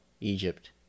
Egypt